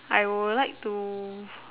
I will like to